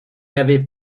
avait